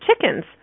chickens